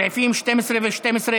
סעיפים 12 ו-13,